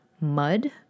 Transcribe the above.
mud